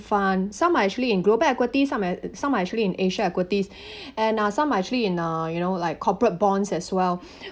fund some are actually in global equities some are some are actually in asia equities and uh some actually in uh you know like corporate bonds as well